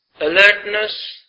alertness